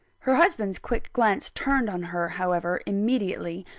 her husband's quick glance turned on her, however, immediately,